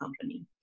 company